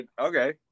Okay